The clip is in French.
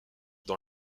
dans